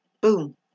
boom